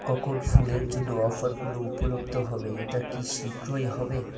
কখন ফুলের জন্য অফারগুলো উপলব্ধ হবে এটা কি শীঘ্রই হবে